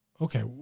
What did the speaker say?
Okay